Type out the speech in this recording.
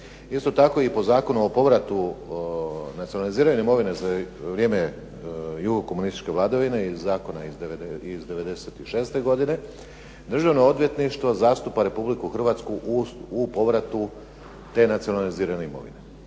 Isto tako i po Zakonu o povratu nacionalizirane imovine za vrijeme jugo-komunističke vladavine i zakona iz '96. godine Državno odvjetništvo zastupa Republiku Hrvatsku u povratu te nacionalizirane imovine.